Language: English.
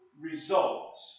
results